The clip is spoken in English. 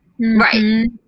Right